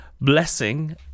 blessing